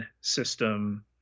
system